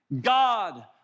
God